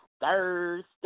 Thursday